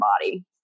body